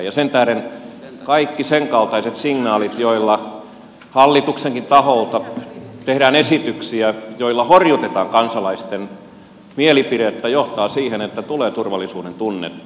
sen tähden kaikki sen kaltaiset signaalit joilla hallituksenkin taholta tehdään esityksiä joilla horjutetaan kansalaisten mielipidettä johtavat siihen ettei tule turvallisuuden tunnetta